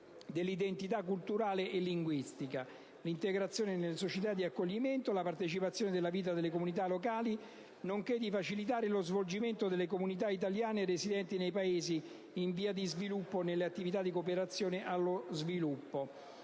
dell'identità culturale e linguistica, l'integrazione nelle società di accoglimento e la partecipazione alla vita delle comunità locali, nonché di facilitare il coinvolgimento delle comunità italiane residenti nei Paesi in via di sviluppo nelle attività di cooperazione allo sviluppo.